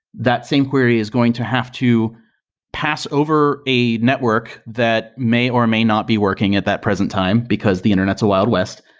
that same query is going to have to pass over a network that may or may not be working at that present time, because the internet's a wild west,